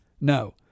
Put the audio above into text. No